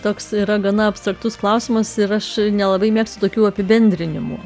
toks yra gana abstraktus klausimas ir aš nelabai mėgstu tokių apibendrinimų